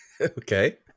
okay